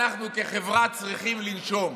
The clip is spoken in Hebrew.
אנחנו כחברה צריכים לנשום,